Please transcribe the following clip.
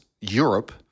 Europe